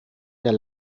der